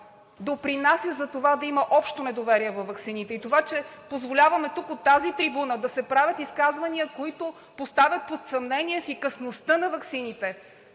допринася за това да има общо недоверие във ваксините и фактът, че позволяваме тук от тази трибуна да се правят изказвания, които поставят под съмнение ефикасността на ваксините,